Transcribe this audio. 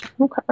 Okay